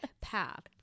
path